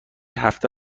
هفته